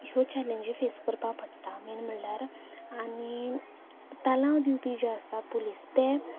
ह्यो चॅलेंजी फेस करपा पडटा मेन म्हणल्यार आनी तलांव दिवपी जे आसा पुलीस ते